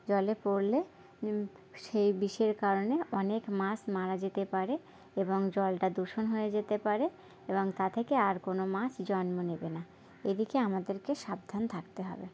জলে পড়লে সেই বিষের কারণে অনেক মাছ মারা যেতে পারে এবং জলটা দূষণ হয়ে যেতে পারে এবং তা থেকে আর কোনো মাছ জন্ম নেবে না এ দিকে আমাদেরকে সাবধান থাকতে হবে